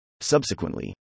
Subsequently